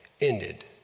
ended